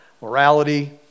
morality